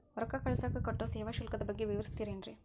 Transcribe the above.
ರೊಕ್ಕ ಕಳಸಾಕ್ ಕಟ್ಟೋ ಸೇವಾ ಶುಲ್ಕದ ಬಗ್ಗೆ ವಿವರಿಸ್ತಿರೇನ್ರಿ?